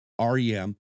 REM